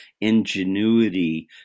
ingenuity